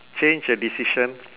change a decision